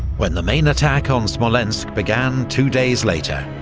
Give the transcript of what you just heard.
when the main attack on smolensk began two days later,